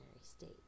state